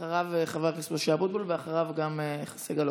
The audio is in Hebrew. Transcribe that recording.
אחריו, חבר הכנסת משה אבוטבול ואחריו, סגלוביץ'.